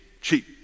cheap